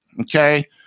Okay